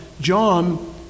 John